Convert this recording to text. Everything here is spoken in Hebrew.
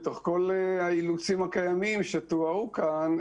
בתוך כל האילוצים שתוארו כאן,